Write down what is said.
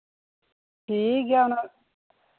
ᱴᱷᱤᱠ ᱜᱮᱭᱟ ᱚᱱᱟ